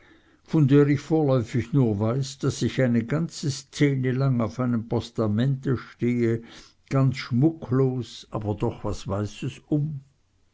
von der ich vorläufig nur weiß daß ich eine ganze szene lang auf einem postamente stehe ganz schmucklos aber doch was weißes um